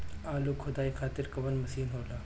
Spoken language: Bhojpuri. आलू खुदाई खातिर कवन मशीन होला?